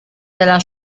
della